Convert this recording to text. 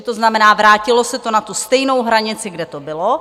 To znamená, vrátilo se to na tu stejnou hranici, kde to bylo.